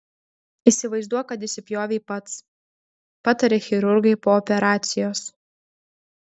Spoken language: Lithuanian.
įsivaizduok kad įsipjovei pats pataria chirurgai po operacijos